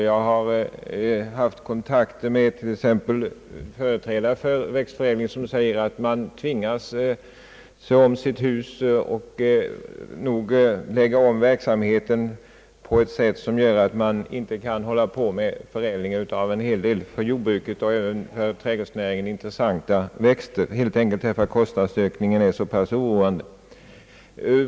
Jag har varit i kontakt med företrädare för växtförädlingen som säger, att man tvingas se om sitt hus och lägga om verksamheten på ett sätt, som gör att man inte kan bedriva växtförädling av en hel del för jordbruket och även för trädgårdsnäringen intressanta växter, helt enkelt därför att kostnadsökningen är så oroande.